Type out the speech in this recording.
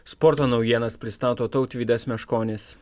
sporto naujienas pristato tautvydas meškonis